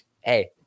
hey